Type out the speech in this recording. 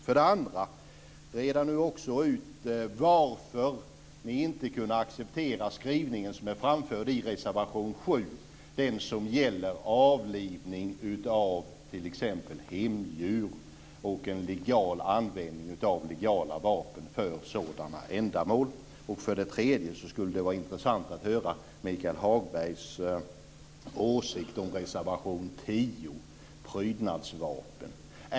För det andra vill jag att han reder ut varför ni inte kunde acceptera den skrivning som är framförd i reservation 7 som gäller avlivning av t.ex. hemdjur och en legal användning av legala vapen för sådana ändamål. För det tredje skulle det vara intressant att höra Michael Hagbergs åsikt om reservation 10 om prydnadsvapen.